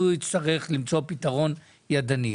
הוא יצטרך למצוא פתרון ידני,